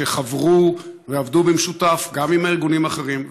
שחברו ועבדו במשותף גם עם ארגונים אחרים,